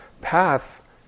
path